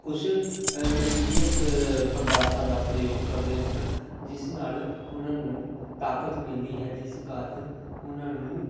ਕੁਛ ਨਸ਼ੀਲੀ ਦ ਪਦਾਰਥਾਂ ਦਾ ਪ੍ਰਯੋਗ ਕਰਦੇ ਹਨ ਜਿਸ ਨਾਲ ਉਹਨਾਂ ਨੂੰ ਤਾਕਤ ਮਿਲਦੀ ਹੈ ਜਿਸ ਕਾਰਨ ਉਹਨਾਂ ਨੂੰ